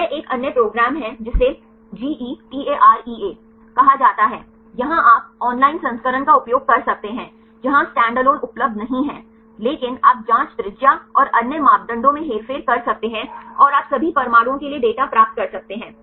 यह एक अन्य प्रोग्राम है जिसे GETAREA कहा जाता है यहां आप ऑनलाइन संस्करण का उपयोग कर सकते हैं जहां स्टैंडअलोन उपलब्ध नहीं है लेकिन आप जांच त्रिज्या और अन्य मापदंडों में हेरफेर कर सकते हैं और आप सभी परमाणुओं के लिए डेटा प्राप्त कर सकते हैं